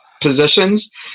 positions